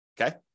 okay